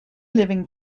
living